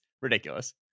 Ridiculous